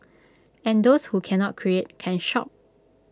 and those who cannot create can shop